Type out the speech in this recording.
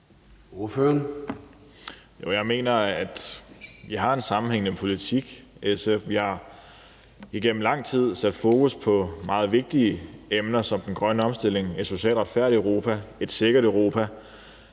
Jeg mener, at vi har en sammenhængende politik i SF. Vi har igennem lang tid sat fokus på meget vigtige emner som den grønne omstilling, et socialt retfærdigt Europa, et sikkert Europa.